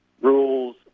rules